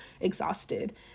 exhausted